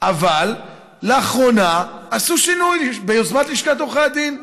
אבל לאחרונה עשו שינוי, ביוזמת לשכת עורכי הדין.